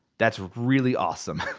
that's really awesome,